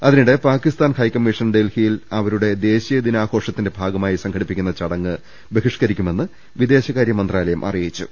അതിനിടെ Pakistan high commission ഡൽഹിയിൽ അവരുടെ ദേശീയ ദിനാഘോഷത്തിന്റെ ഭാഗമായി സംഘ ടിപ്പിക്കുന്ന ചടങ്ങ് ബഹിഷ്കരിക്കുമെന്ന് വിദേശകാര്യ മന്ത്രാലയം അറിയി ച്ചു